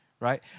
right